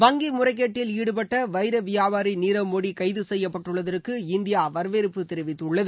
வங்கி முறைக்கேடில் ஈடுபட்ட வைர வியாபாரி நீரவ் மோடி கைது செய்யப்பட்டுள்ளதற்கு இந்தியா வரவேற்பு தெரிவித்துள்ளது